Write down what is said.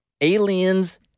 aliens